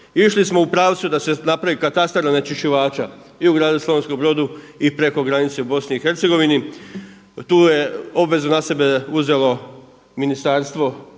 Išli smo u pravcu da se napravi katastar onečišćivača i u gradu Slavonskom Brodu i preko granice u BiH. Tu je obvezu na sebe uzelo ministarstvo